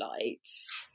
lights